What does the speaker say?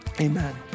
amen